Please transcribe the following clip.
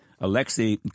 Alexei